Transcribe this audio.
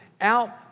out